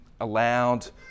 allowed